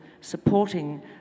supporting